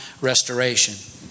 restoration